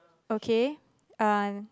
okay uh